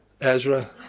Ezra